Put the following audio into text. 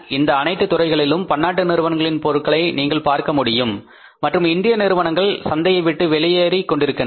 இந்த அனைத்து துறைகளிலும் பன்னாட்டு நிறுவனங்களின் பொருட்களை நீங்கள் பார்க்க முடியும் மற்றும் இந்திய நிறுவனங்கள் சந்தையை விட்டு வெளியேறிக் கொண்டிருக்கின்றன